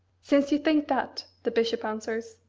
since you think that, the bishop answers,